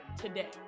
today